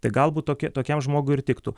tai galbūt tokia tokiam žmogui ir tiktų